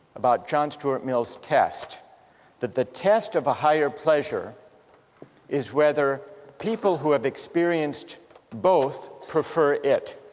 about john stuart mill's test but the test of a higher pleasure is whether people who have experienced both prefer it.